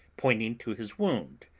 pointing to his wound,